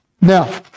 Now